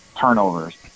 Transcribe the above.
turnovers